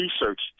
research